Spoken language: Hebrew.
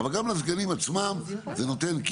אבל גם לסגנים עצמם זה נותן,